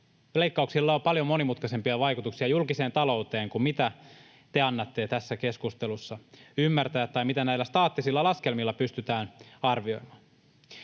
leikkauksilla on paljon monimutkaisempia vaikutuksia julkiseen talouteen kuin mitä te annatte tässä keskustelussa ymmärtää tai mitä näillä staattisilla laskelmilla pystytään arvioimaan.